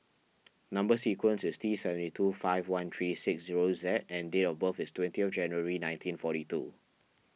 Number Sequence is T seventy two five one three six zero Z and date of birth is twenty of January nineteen forty two